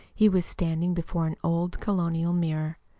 he was standing before an old colonial mirror.